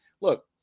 look